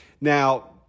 Now